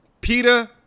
Peter